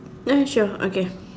no you show okay